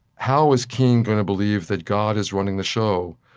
how is king going to believe that god is running the show,